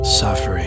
suffering